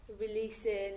releasing